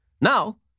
Now